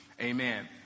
Amen